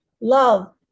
love